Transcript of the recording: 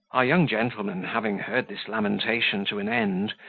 our young gentleman, having heard this lamentation to an end,